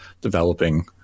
developing